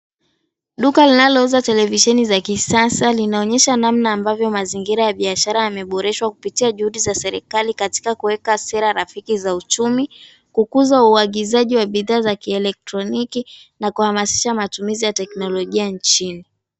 Duka linalouza televisheni za kisasa linaonyesha namna ambavyo mazingira ya biashara yameboreshwa kupitia juhudi za serikali katika kuweka sera rafiki za uchumi, kukuza uagizaji wa bidhaa za kielektroniki, na kuhamasisha matumizi ya teknolojia nchini.